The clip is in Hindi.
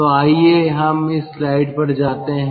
तो आइए हम इस स्लाइड पर जाते हैं